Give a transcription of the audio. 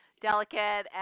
Delicate